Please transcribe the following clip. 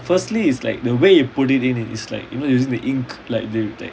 firstly is like the way you put it in it's like you know you use the ink like to like